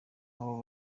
abo